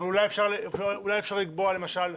אבל אולי אפשר לקבוע למשל,